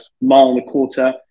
mile-and-a-quarter